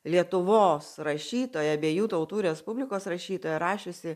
lietuvos rašytoja abiejų tautų respublikos rašytoja rašiusi